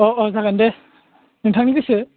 अ अ जागोन दे नोंथांनि गोसो